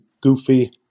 goofy